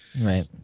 Right